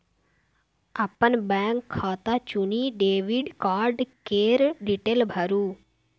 अपन बैंक खाता चुनि डेबिट कार्ड केर डिटेल भरु